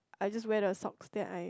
I just wear the socks then I